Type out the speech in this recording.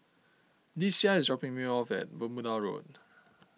Lesia is dropping me off at Bermuda Road